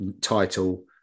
title